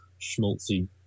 schmaltzy